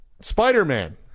Spider-Man